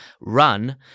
run